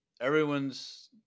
everyone's